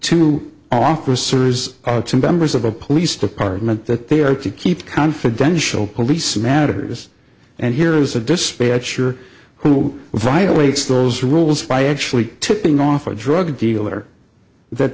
to officers out to members of a police department that they are to keep confidential police matters and here is a dispatcher who violates those rules by actually tipping off a drug dealer that